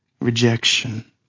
rejection